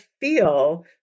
feel